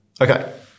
Okay